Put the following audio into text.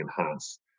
enhance